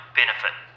benefit